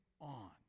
on